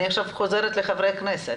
אני חוזרת לחברי הכנסת